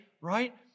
right